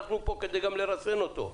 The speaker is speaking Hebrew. אנחנו פה גם כדי לרסן אותם,